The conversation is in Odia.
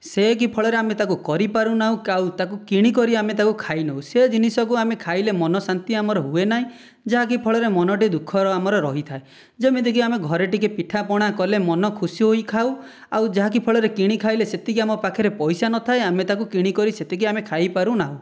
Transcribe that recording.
ସେ କି ଫଳରେ ଆମେ ତାକୁ କରିପାରୁନାହୁଁ ଆଉ ତାକୁ କିଣିକରି ଆମେ ତାକୁ ଖାଇନେଉ ସେ ଜିନିଷକୁ ଆମେ ଖାଇଲେ ମନ ଶାନ୍ତି ଆମର ହୁଏ ନାହିଁ ଯାହା କି ଫଳରେ ମନଟି ଦୁଃଖରେ ଆମର ରହିଆଥଏ ଯେମିତିକି ଆମେ ଘରେ ଟିକେ ପିଠାପଣା କଲେ ମନ ଖୁସି ହୋଇ ଖାଉ ଆଉ ଯାହାକି ଫଳରେ କିଣି ଖାଇଲେ ସେତିକି ଆମ ପାଖରେ ପଇସା ନ ଥାଏ ଆମେ ତାକୁ କିଣିକରି ସେତିକି ଆମେ ଖାଇପାରୁ ନାହୁଁ